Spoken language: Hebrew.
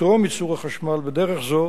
יתרום ייצור החשמל בדרך זו